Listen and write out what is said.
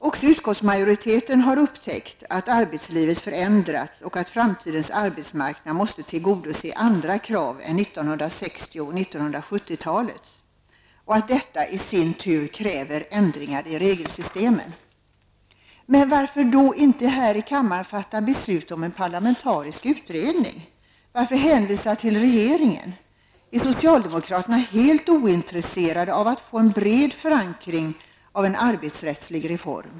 Också utskottsmajoriteten har upptäckt att arbetslivet förändrats och att framtidens arbetsmarknad måste tillgodose andra krav än 1960 och 1970-talets och att detta i sin tur kräver ändringar i regelsystemet. Men varför då inte här i kammaren fatta beslut om en parlamentarisk utredning? Varför hänvisa till regeringen? Är socialdemokraterna helt ointresserade av att få en bred förankring av en arbetsrättslig reform?